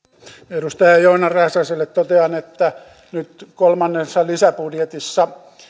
edustaja joona räsäselle totean että nyt kolmannessa lisäbudjetissa